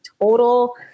total